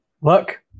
Look